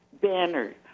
banner